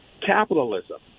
capitalism